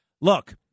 Look